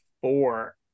four